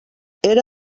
era